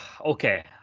okay